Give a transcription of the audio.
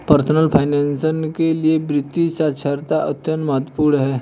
personal finance के लिए वित्तीय साक्षरता अत्यंत महत्वपूर्ण है